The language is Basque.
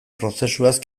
prozesuaz